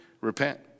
Repent